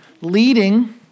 Leading